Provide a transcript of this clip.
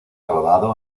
rodado